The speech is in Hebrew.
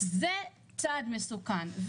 מדובר בצעד מסוכן,